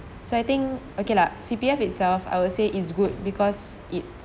siding okay lah C_P_F itself I would say it's good because it